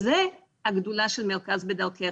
זו הגדולה של מרכז "בדרכך",